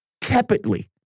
tepidly